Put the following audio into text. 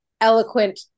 eloquent